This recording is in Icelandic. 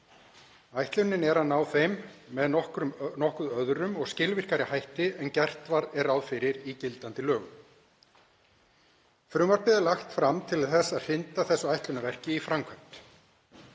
Ætlunin er að ná þeim með nokkuð öðrum og skilvirkari hætti en gert er ráð fyrir í gildandi lögum. Frumvarpið er lagt fram til þess að hrinda þessu ætlunarverki í framkvæmd.